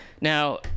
Now